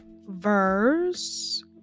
verse